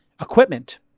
equipment